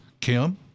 Kim